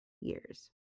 years